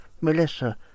Melissa